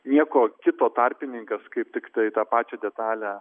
nieko kito tarpininkas kaip tiktai tą pačią detalę